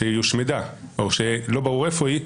כשהיא הושמדה או שלא ברור איפה היא,